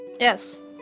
Yes